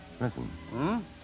listen